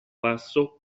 passo